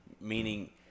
meaning